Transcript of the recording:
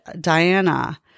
Diana